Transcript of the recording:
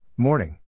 Morning